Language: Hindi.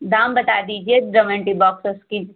दाम बता दीजिए ज़्यॉमेट्री बॉक्सेस की